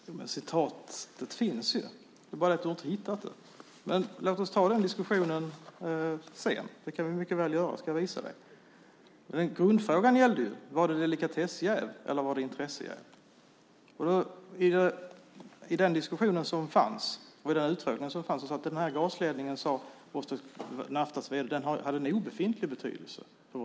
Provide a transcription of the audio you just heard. Fru talman! Citatet finns ju, det är bara det att du inte har hittat det. Låt oss dock ta den diskussionen sedan! Det kan vi mycket väl göra, så ska jag visa dig. Grundfrågan gällde ju om det var delikatessjäv eller intressejäv. I den diskussion och utfrågning som fanns sade Vostok Naftas vd att gasledningen hade en obefintlig betydelse.